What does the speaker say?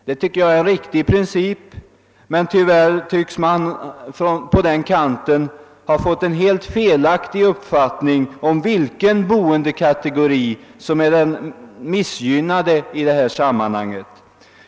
Jag tycker att det är en riktig princip, men tyvärr tycks man på den kanten ha fått en helt felaktig uppfattning om vilken boendekategori som är den missgynnade i sammanhanget.